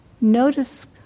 Notice